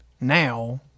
now